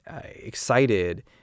excited